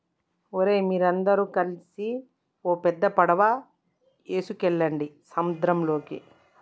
ఓరై మీరందరు గలిసి ఓ పెద్ద పడవ ఎసుకువెళ్ళండి సంద్రంలోకి